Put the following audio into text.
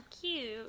cute